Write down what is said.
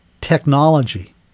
technology